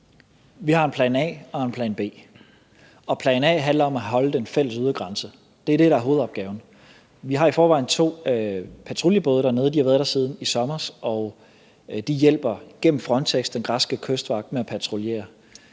Vi har en plan A og en plan B. Plan A handler om at holde den fælles ydre grænse. Det er det, der er hovedopgaven. Vi har i forvejen to patruljebåde dernede. De har været der siden i sommer, og de hjælper gennem Frontex den græske kystvagt med at patruljere.